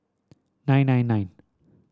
nine nine nine